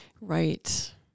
Right